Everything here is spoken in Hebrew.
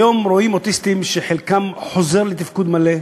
היום רואים אוטיסטים שחלקם חוזרים לתפקוד מלא,